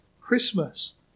Christmas